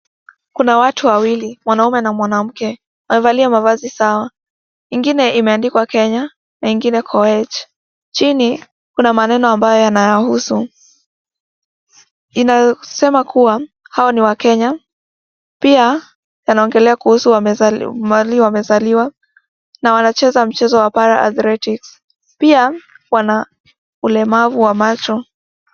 Kuna watu wawili, mwanaume na mwanamke wamevalia mavazi sawa. Ingine imeandikwa Kenya na ingine Koech, chini kuna maneno ambayo yanawahusu yakisema kuwa hao ni wa Kenya pia yanaongelea kuhusu mahali wamezaliwa na wanacheza mchezo wa Para -athletics na wana ulemavu wa macho.